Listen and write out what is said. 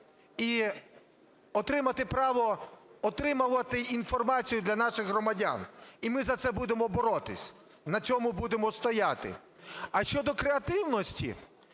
і отримати право… отримувати інформацію для наших громадян, і ми за це будемо боротися, на цьому будемо стояти. А щодо креативності,